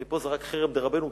אך פה זה רק חרם דרבנו גרשום,